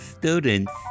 Students